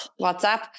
whatsapp